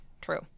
True